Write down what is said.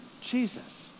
Jesus